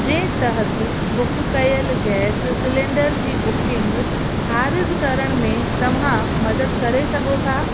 जे तहति बुक कयल gas cylinder जी बुकिंग ख़ारिजु करण में तव्हां मदद करे सघो था